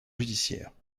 judiciaire